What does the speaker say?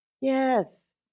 Yes